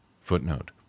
Footnote